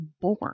born